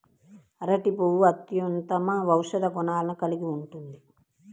అరటి పువ్వు అత్యుత్తమ ఔషధ గుణాలను కలిగి ఉంటుంది